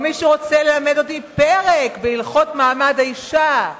או מישהו רוצה ללמד אותי פרק בהלכות מעמד האשה,